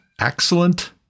excellent